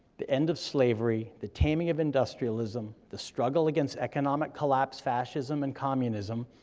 the end of slavery, the taming of industrialism, the struggle against economic collapse, fascism, and communism,